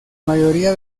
mayoría